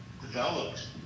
developed